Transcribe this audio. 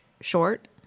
short